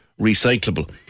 recyclable